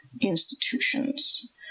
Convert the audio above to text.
institutions